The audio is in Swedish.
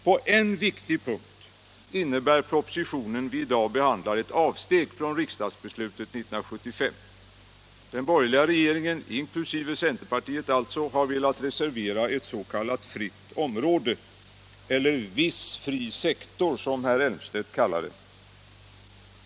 På en viktig punkt innebär den proposition vi i dag behandlar ett avsteg från riksdagsbeslutet 1975. Den borgerliga regeringen, inkl. centerpartiet alltså, har velat reservera ett s.k. fritt utbildningsområde — eller viss fri sektor, som herr Elmstedt kallar det.